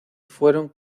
fueron